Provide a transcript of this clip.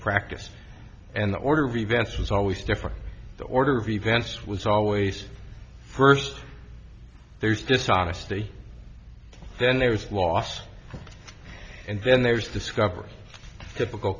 practice and the order of events was always different the order of events was always first there's dishonesty then there is loss and then there's discovery typical